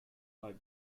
five